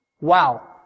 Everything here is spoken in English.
Wow